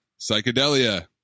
psychedelia